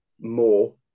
More